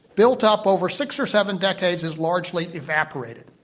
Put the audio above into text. built up over six or seven decades, has largely evaporated.